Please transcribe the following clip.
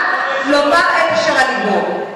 לומר את אשר על לבו.